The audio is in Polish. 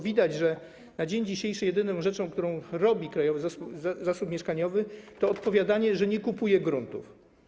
Widać bowiem, że na dzień dzisiejszy jedyną rzeczą, którą robi krajowy zasób mieszkaniowy, jest odpowiadanie, że nie kupuje gruntów.